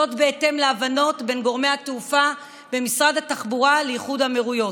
בהתאם להבנות בין גורמי התעופה במשרד התחבורה לאיחוד האמירויות.